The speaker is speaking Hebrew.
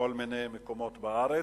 בכל מיני מקומות בארץ,